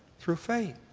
through faith.